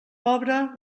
pobre